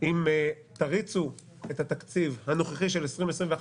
אם תריצו את התקציב הנוכחי של 2021,